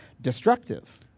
destructive